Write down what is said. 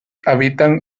habitan